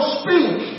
speak